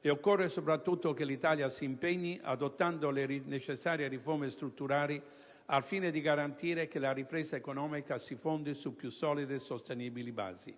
e occorre soprattutto che l'Italia si impegni adottando le necessarie riforme strutturali al fine di garantire che la ripresa economica si fondi su più solide e sostenibili basi.